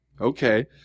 Okay